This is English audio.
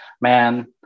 man